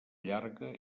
llarga